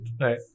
Right